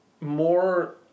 more